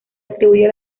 atribuye